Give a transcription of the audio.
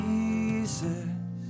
Jesus